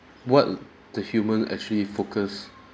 what the human actually focus